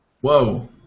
Whoa